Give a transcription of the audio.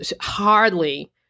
hardly